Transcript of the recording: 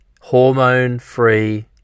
hormone-free